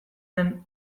den